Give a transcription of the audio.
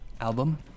album